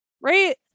right